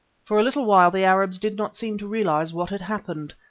for a little while the arabs did not seem to realise what had happened,